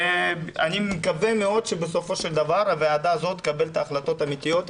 ואני מקווה מאוד שבסופו של דבר הוועדה הזאת תקבל את ההחלטות האמיתיות,